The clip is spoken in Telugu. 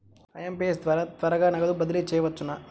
ఐ.ఎం.పీ.ఎస్ ద్వారా త్వరగా నగదు బదిలీ చేయవచ్చునా?